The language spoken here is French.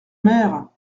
mère